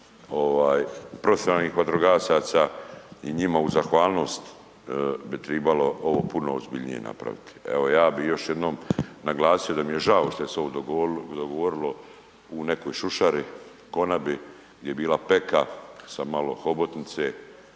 profesionalnih vatrogasaca i njima u zahvalnost bi tribalo ovo puno ozbiljnije napraviti. Evo ja bi još jednom naglasio da mi je žao što je se ovo dogovorilo u nekoj šušari, konabi gdje je bila peka sa malo hobotnice,